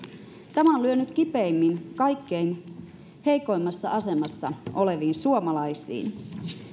tämä on lyönyt kipeimmin kaikkein heikoimmassa asemassa oleviin suomalaisiin